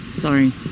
Sorry